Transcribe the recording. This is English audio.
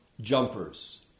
jumpers